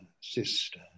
sister